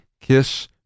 Kiss